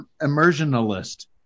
Immersionalist